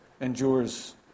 endures